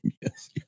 yes